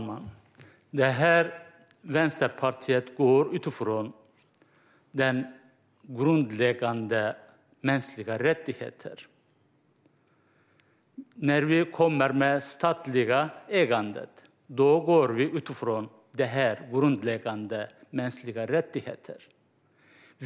Fru talman! Vänsterpartiet utgår ifrån de grundläggande mänskliga rättigheterna. När vi föreslår ett statligt ägande utgår vi från grundläggande mänskliga rättigheter.